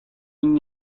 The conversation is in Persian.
این